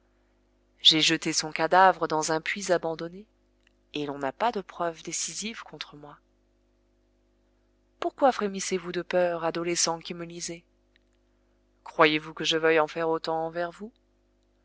j'ai jeté son cadavre dans un puits abandonné et l'on n'a pas de preuves décisives contre moi pourquoi frémissez vous de peur adolescent qui me lisez croyez-vous que je veuille en faire autant envers vous